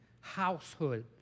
household